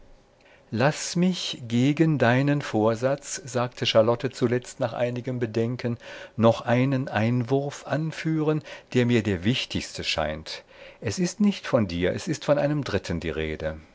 laß mich gegen deinen vorsatz sagte charlotte zuletzt nach einigem bedenken noch einen einwurf anführen der mir der wichtigste scheint es ist nicht von dir es ist von einem dritten die rede